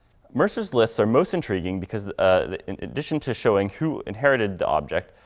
mercer's lists are most intriguing because in addition to showing who inherited the object,